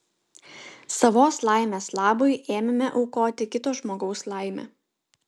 savos laimės labui ėmėme aukoti kito žmogaus laimę